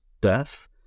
death